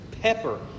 pepper